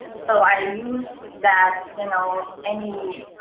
so i use that, you know, any